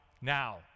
now